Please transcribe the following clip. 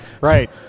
Right